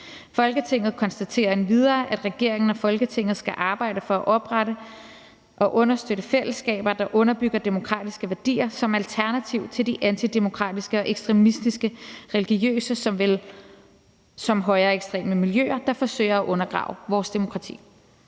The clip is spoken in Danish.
Folketinget konstaterer endvidere, at regeringen og Folketinget skal arbejde for at oprette og understøtte fællesskaber, der underbygger demokratiske værdier som alternativ til de antidemokratiske og ekstremistiske religiøse såvel som højreekstreme miljøer, der forsøger at undergrave demokratiet.«